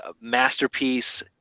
masterpiece